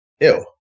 Ew